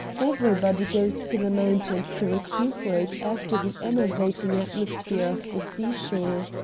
everybody goes to the mountains to recuperate after the enervating atmosphere of the sea-shore.